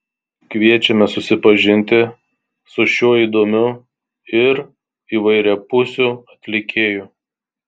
kviečiame susipažinti su šiuo įdomiu ir įvairiapusiu atlikėju